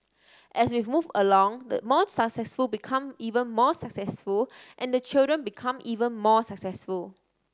as we move along the more successful become even more successful and the children become even more successful